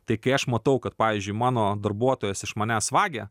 tai kai aš matau kad pavyzdžiui mano darbuotojas iš manęs vagia